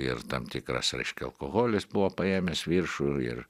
ir tam tikras reiškia alkoholis buvo paėmęs viršų ir